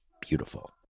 beautiful